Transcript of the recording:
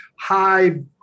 high